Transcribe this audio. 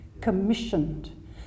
commissioned